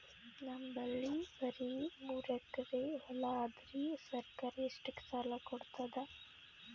ನಮ್ ಬಲ್ಲಿ ಬರಿ ಮೂರೆಕರಿ ಹೊಲಾ ಅದರಿ, ಸರ್ಕಾರ ಇಷ್ಟಕ್ಕ ಸಾಲಾ ಕೊಡತದಾ?